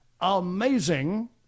amazing